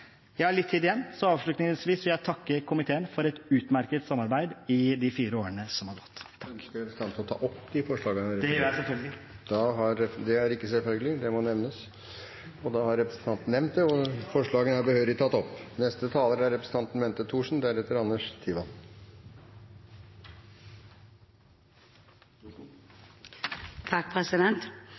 Jeg har litt tid igjen, så avslutningsvis vil jeg takke komiteen for et utmerket samarbeid i de fire årene som har gått. Ønsker representanten å ta opp forslagene? Det gjør jeg selvfølgelig. Det er ikke selvfølgelig – det må nevnes! Representanten Christian Tynning Bjørnø har nevnt det, og forslaget er behørig tatt opp.